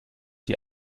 die